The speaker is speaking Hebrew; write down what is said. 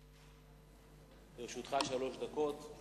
לרשותך שלוש דקות.